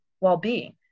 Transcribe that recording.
well-being